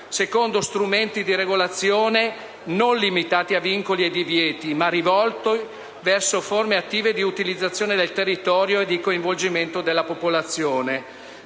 secondo strumenti di regolazione non limitati a vincoli e divieti, ma rivolti verso forme attive di utilizzazione del territorio e di coinvolgimento della popolazione.